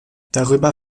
darüber